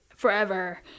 Forever